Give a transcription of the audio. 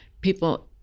People